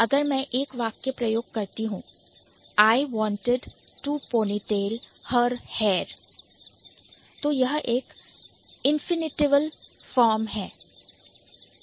अगर मैं एक वाक्य प्रयोग करती हूं I wanted to ponytail her hair I wanted to ponytail her hair तो यह एक infinitival इंफिनिटीवल form है